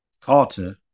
Carter